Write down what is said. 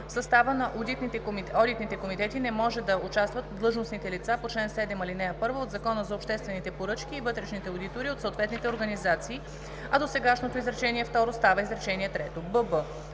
състава на одитните комитети не може да участват длъжностните лица по чл. 7, ал. 1 от Закона за обществените поръчки и вътрешните одитори от съответните организации“, а досегашното изречение второ става изречение трето;